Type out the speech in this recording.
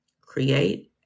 Create